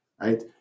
right